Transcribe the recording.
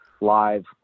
live